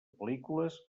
pel·lícules